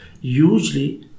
Usually